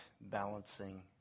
balancing